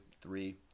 three